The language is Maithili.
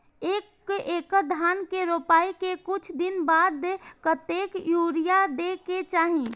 एक एकड़ धान के रोपाई के कुछ दिन बाद कतेक यूरिया दे के चाही?